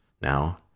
now